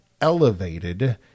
elevated